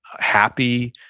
happy,